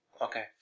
Okay